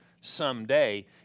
someday